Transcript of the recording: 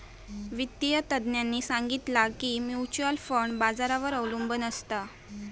वित्तिय तज्ञांनी सांगितला की म्युच्युअल फंड बाजारावर अबलंबून असता